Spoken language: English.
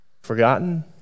Forgotten